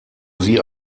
sie